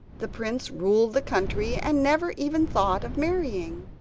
the prince ruled the country and never even thought of marrying.